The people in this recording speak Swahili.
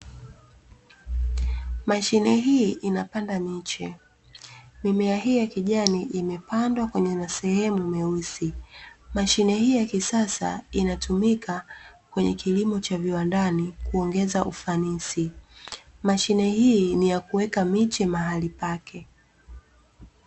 Mashine hii inapanda miche, mimea hii ya kijani imepandwa kwenye sehemu nyeusi. Mashine hii ya kisasa inatumika kwenye kilimo cha viwandani kuongeza ufanisi. Mashine hii ni ya kuweka miche mahali pake.